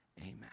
Amen